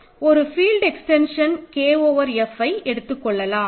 ஒரு field extension K over F எடுத்து கொள்ளலாம்